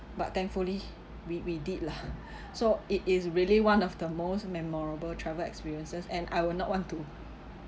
but thankfully we we did lah so it is really one of the most memorable travel experiences and I will not want to